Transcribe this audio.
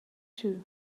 two